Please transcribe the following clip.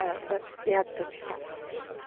आं बरें येया तुमी फाल्यां